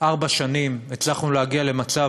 ארבע שנים הצלחנו להגיע למצב,